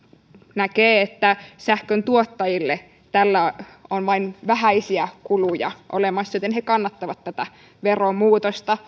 näkee että sähköntuottajille tällä on vain vähäisiä kuluja olemassa joten he kannattavat tätä veromuutosta